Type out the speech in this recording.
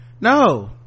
no